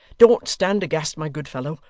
don't stand aghast, my good fellow.